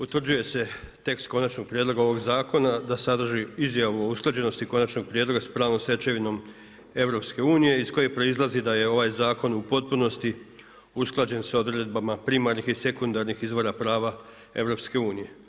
Utvrđuje ste tekst konačnog prijedloga ovog zakona, da sadrži izjavu o usklađenosti konačnog prijedloga, s pravnom stečevinom EU, iz koje proizlazi da je ovaj zakon u potpunosti usklađen s odredbama primarnih i sekundarnih izvora prava EU.